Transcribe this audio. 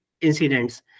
incidents